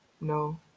no